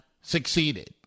succeeded